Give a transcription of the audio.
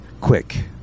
quick